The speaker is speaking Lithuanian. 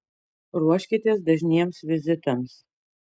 ruoškitės dažniems vizitams